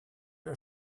der